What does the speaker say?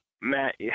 Matt